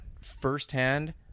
firsthand